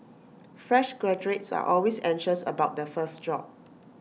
fresh graduates are always anxious about their first job